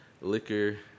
liquor